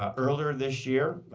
um earlier this year.